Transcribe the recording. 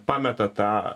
pameta tą